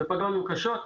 וזה פגע בנו קשות.